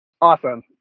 Awesome